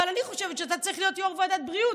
אבל אני חושבת שאתה צריך להיות יו"ר ועדת בריאות,